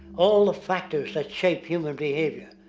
all the factors that shape human behavior.